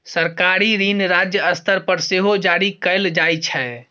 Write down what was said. सरकारी ऋण राज्य स्तर पर सेहो जारी कएल जाइ छै